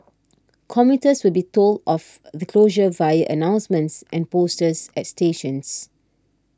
commuters will be told of the closures via announcements and posters at stations